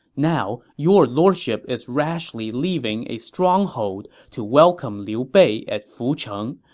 now, your lordship is rashly leaving a stronghold to welcome liu bei at fucheng.